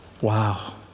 Wow